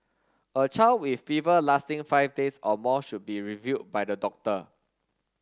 a child with fever lasting five days or more should be reviewed by the doctor